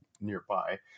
nearby